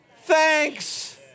thanks